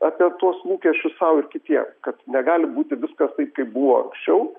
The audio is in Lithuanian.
apie tuos lūkesčius sau ir kitiem kad negali būti viskas taip kaip buvo anksčiau